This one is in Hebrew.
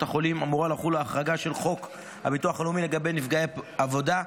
החולים אמורה לחול ההחרגה של חוק הביטוח הלאומי לגבי נפגעי עבודה,